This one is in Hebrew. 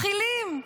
מכילים.